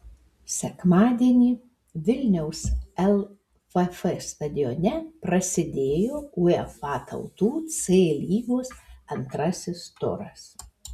sekmadienį vilniaus lff stadione prasidėjo uefa tautų c lygos antrasis turas